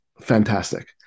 fantastic